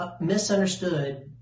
misunderstood